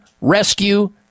rescue